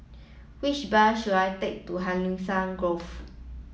which bus should I take to Hacienda Grove